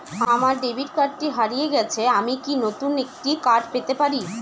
আমার ডেবিট কার্ডটি হারিয়ে গেছে আমি কি নতুন একটি কার্ড পেতে পারি?